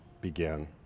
began